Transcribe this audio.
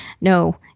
no